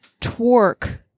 twerk